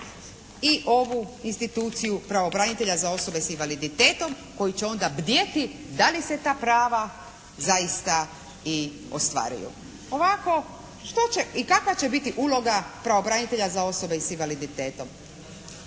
i ovu instituciju pravobranitelja za osobe s invaliditetom koji će onda bdjeti da li se ta prava zaista i ostvaruju. Ovako što će i kakva će biti uloga pravobranitelja za osobe s invaliditetom?